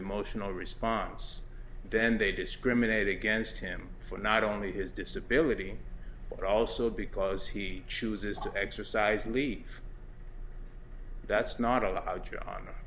emotional response then they discriminate against him for not only his disability but also because he chooses to exercise leave that's not allowed